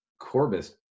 Corbis